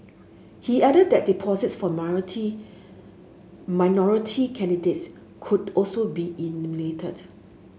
he added that deposits for minority candidates could also be eliminated